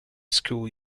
school